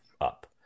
up